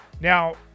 Now